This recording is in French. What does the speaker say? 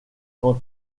quant